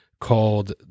called